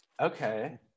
Okay